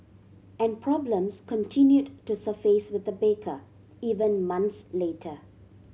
and problems continued to surface with the baker even months later